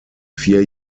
vier